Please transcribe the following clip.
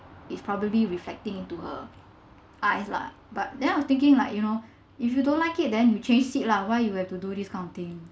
it's probably reflecting into her eyes lah but then I was thinking like you know if you don't like it then you change seat lah why you have to do this kind of thing